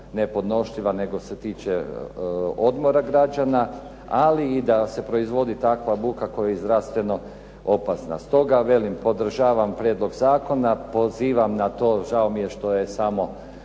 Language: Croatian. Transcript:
nepodnošljiva nego se tiče odmora građana ali i da se proizvodi takva buka koja je zdravstveno opasna. Stoga podržavam prijedlog zakona. Pozivam na to, žao mi je što je samo